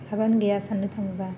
लाबानो गैया साननो थाङोबा